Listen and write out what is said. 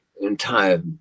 entire